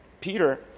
Peter